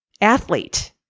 athlete